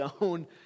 own